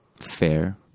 Fair